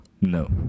no